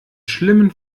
schlimmen